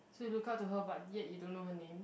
so you look up to her but yet you don't know her name